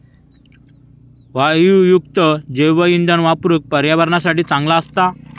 वायूयुक्त जैवइंधन वापरुक पर्यावरणासाठी चांगला असता